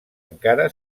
encara